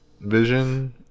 vision